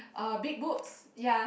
uh big boobs ya